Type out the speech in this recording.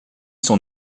son